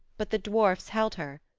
but the dwarfs held her.